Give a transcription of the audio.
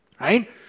right